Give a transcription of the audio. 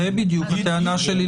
זו בדיוק הטענה שלי.